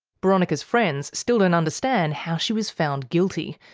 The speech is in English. boronika's friends still don't understand how she was found guilty.